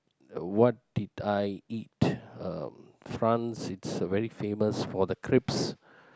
what did I eat uh France it's very famous for the crepes